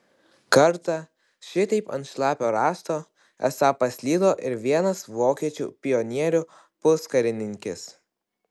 kartą šitaip ant šlapio rąsto esą paslydo ir vienas vokiečių pionierių puskarininkis